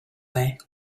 way